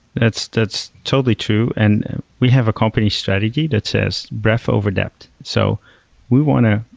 that's that's totally true, and we have a company strategy that says ref over debt. so we want to,